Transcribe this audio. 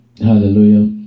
Hallelujah